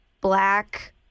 black